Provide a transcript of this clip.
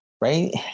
Right